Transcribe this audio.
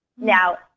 Now